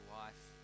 life